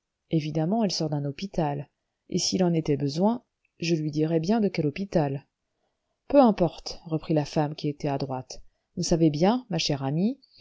évidemment elle sort d'un hôpital et s'il en était besoin je lui dirais bien de quel hôpital peu importe reprit la femme qui était à droite vous savez bien ma chère amie